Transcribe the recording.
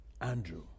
Andrew